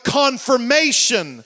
confirmation